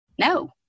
no